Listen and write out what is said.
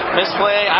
Misplay